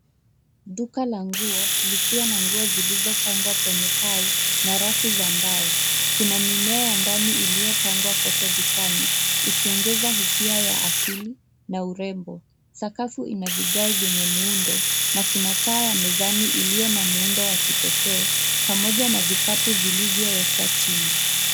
Duka la nguo likiwa na nguo zilizopangwa kwenye pau na rafu za mbao. Kuna mimea ya ndani iliyopandwa kote dukani ikiongeza hisia ya asili na urembo. Sakafu ina vigae vyenye muundo na kuna taa ya mezani iliyo na muundo wa kipekee, pamoja na vikapu vilivyowekwa chini.